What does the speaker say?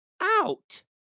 out